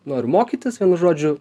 noriu mokytis vienu žodžiu